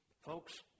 folks